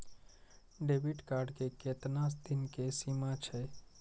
Debit card के केतना दिन के सीमा छै?